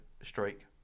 streak